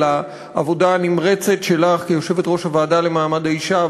על העבודה הנמרצת שלך כיושבת-ראש הוועדה למעמד האישה,